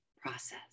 process